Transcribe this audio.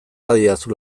badidazu